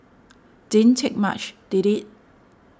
didn't take much did it